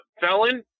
felon